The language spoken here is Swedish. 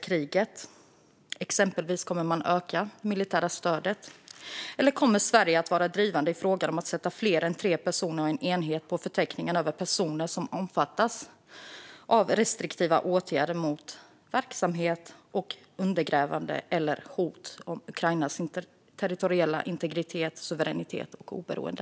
Kommer man exempelvis att öka det militära stödet? Kommer Sverige att vara drivande i frågan om att sätta fler än tre personer och en enhet på förteckningen över personer som omfattas av restriktiva åtgärder mot verksamhet som undergräver eller hotar Ukrainas territoriella integritet, suveränitet och oberoende?